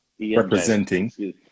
representing